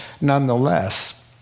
nonetheless